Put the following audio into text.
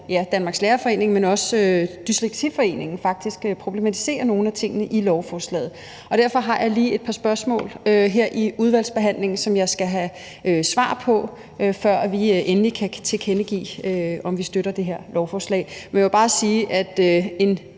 Danmarks Lærerforening, men også Dysleksiforeningen faktisk problematiserer nogle af tingene i lovforslaget, og derfor har jeg lige et par spørgsmål her i udvalgsbehandlingen, som jeg skal have svar på, før vi endeligt kan tilkendegive, om vi støtter det her lovforslag. Men jeg vil bare sige, at en